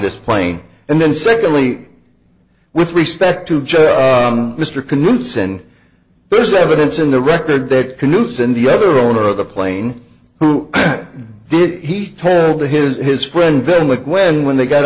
this plane and then secondly with respect to mr canossa and there's evidence in the record that canoes and the other owner of the plane who did he tell to his his friend ben like when when they got